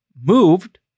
moved